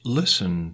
listen